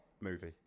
movie